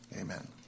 Amen